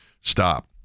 stop